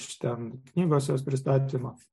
iš ten knygos jos pristatymą